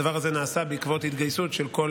הדבר הזה נעשה בעקבות התגייסות של כל